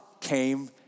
came